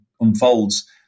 unfolds